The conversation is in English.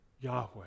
Yahweh